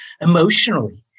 emotionally